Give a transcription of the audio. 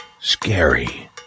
Scary